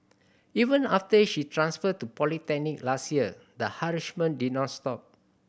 even after she transferred to polytechnic last year the harassment did not stop